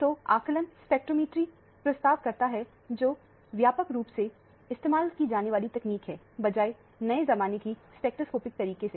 तो आकलन स्पेक्ट्रोफोटोमेट्री प्रस्ताव करता है जो व्यापक रूप से इस्तेमाल की जाने वाली तकनीक है बजाएं नए जमाने की स्पेक्ट्रोस्कोपिक तरीके से